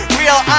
real